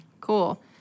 Cool